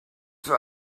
für